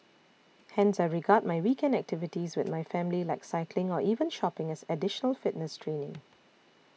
hence I regard my weekend activities with my family like cycling or even shopping as additional fitness training